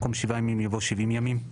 במקום 'שבעה ימים' יבוא '70 ימים'.